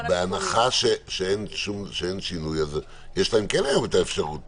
בהנחה שאין שינוי, אז יש להם כן היום את אפשרות